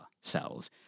cells